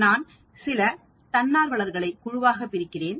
நான் சில தன்னார்வலர்களை குழுவாகப் பிரிக்கிறேன்